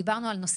דיברנו על נושא